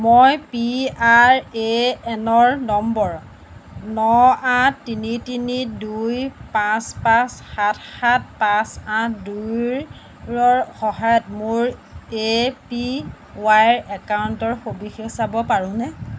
মই P R A N ৰ নম্বৰৰ ন আঠ তিনি তিনি দুই পাঁচ পাঁচ সাত সাত পাঁচ আঠ দুইৰ ৰ সহায়ত মোৰ এ পি ৱাই ৰ একাউণ্টৰ সবিশেষ চাব পাৰোঁনে